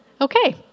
Okay